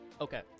Okay